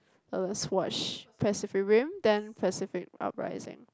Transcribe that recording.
uh let's watch Pacific Rim then Pacific Uprising